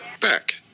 Back